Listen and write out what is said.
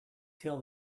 till